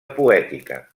poètica